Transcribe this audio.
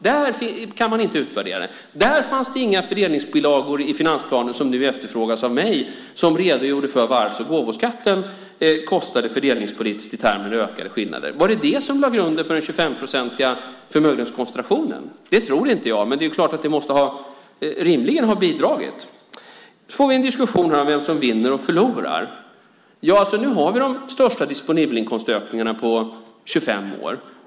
Där kan man inte utvärdera det. Där fanns det inga fördelningsbilagor i finansplanen, vilket man nu efterfrågar av mig, som redogjorde för vad arvs och gåvoskatten kostade fördelningspolitiskt i termen ökade skillnader. Var det det som lade grunden för den 25-procentiga förmögenhetskoncentrationen? Det tror jag inte, men det måste rimligen ha bidragit. Vi får också en diskussion om vem som vinner och förlorar. Nu har vi de största disponibelinkomstökningarna på 25 år.